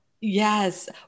yes